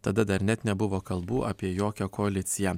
tada dar net nebuvo kalbų apie jokią koaliciją